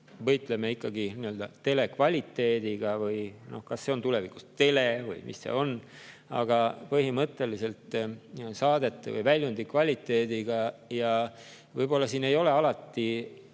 võitleme ikkagi telekvaliteedi eest, kas see on tulevikus tele või mis see on, aga põhimõtteliselt saadete või väljundi kvaliteedi eest. Võib-olla siin ei ole alati